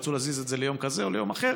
שרצו להזיז את זה ליום כזה או ליום אחר,